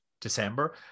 December